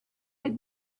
had